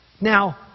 Now